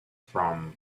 from